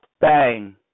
bang